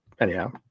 anyhow